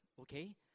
okay